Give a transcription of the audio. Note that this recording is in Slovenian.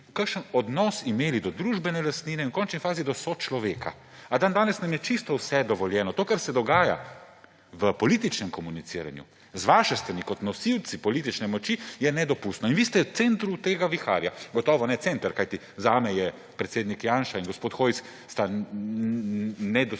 imeli odnos do družbene lastnine, v končni fazi do sočloveka. A dandanes nam je čisto vse dovoljeno. To, kar se dogaja v političnem komuniciranju z vaše strani kot nosilcev politične moči, je nedopustno. In vi ste v centru tega viharja. Gotovo ne center, kajti zame sta predsednik Janša in gospod Hojs nedosegljiva